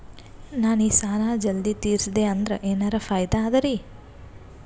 ನಾ ಈ ಸಾಲಾ ಜಲ್ದಿ ತಿರಸ್ದೆ ಅಂದ್ರ ಎನರ ಫಾಯಿದಾ ಅದರಿ?